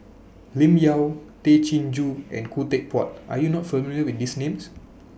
Lim Yau Tay Chin Joo and Khoo Teck Puat Are YOU not familiar with These Names